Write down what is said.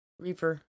Reaper